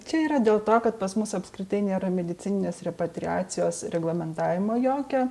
čia yra dėl to kad pas mus apskritai nėra medicininės repatriacijos reglamentavimo jokio